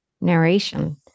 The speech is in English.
narration